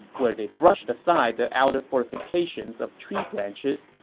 where they brushed aside the outer fortifications of tree branches,